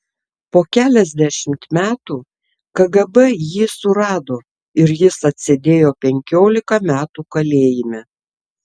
po keliasdešimt metų kgb jį surado ir jis atsėdėjo penkiolika metų kalėjime